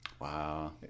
Wow